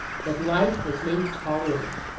that life was made tolerable.